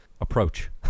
approach